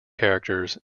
characters